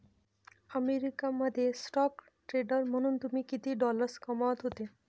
America मध्ये stock trader म्हणून तुम्ही किती डॉलर्स कमावत होते